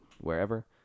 wherever